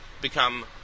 become